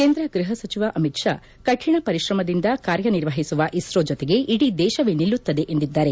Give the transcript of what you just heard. ಕೇಂದ್ರ ಗೃಪ ಸಚಿವ ಅಮಿತ್ ಶಾ ಕಠಿಣ ಪರಿಶ್ರಮದಿಂದ ಕಾರ್ಯ ನಿರ್ವಹಿಸುವ ಇಸ್ತೋ ಜೊತೆಗೆ ಇಡೀ ದೇಶವೇ ನಿಲ್ಲುತ್ತದೆ ಎಂದಿದ್ದಾರೆ